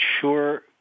sure